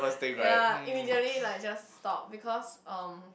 ya immediately like just stop because um